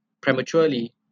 prematurely